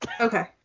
Okay